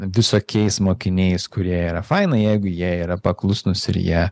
visokiais mokiniais kurie yra faina jeigu jie yra paklusnūs ir jie